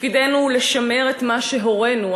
תפקידנו לשמר את מה שהורינו,